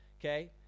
okay